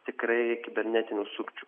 tikrai kibernetinių sukčių